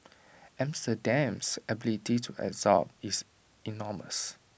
Amsterdam's ability to absorb is enormous